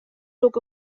look